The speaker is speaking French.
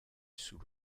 sous